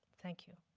thank you.